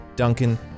Duncan